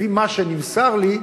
לפי מה שנמסר לי,